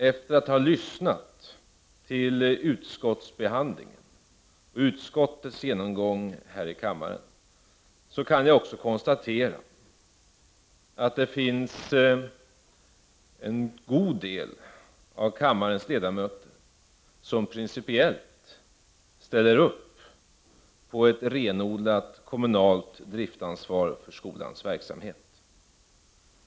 Efter att ha lyssnat till utskottsföreträdarnas genomgång här i kammaren kan jag också konstatera att en god del av kammarens ledamöter principiellt ställer sig bakom ett renodlat kommunalt driftansvar för skolans verksamhet.